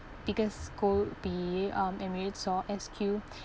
because co~ be um emirates or S_Q